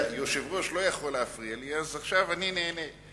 היושב-ראש לא יכול להפריע לי, אז עכשיו אני נהנה.